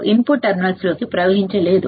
input terminals లోకి ప్రవహించలేదు